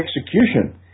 execution